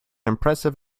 impressive